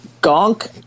gonk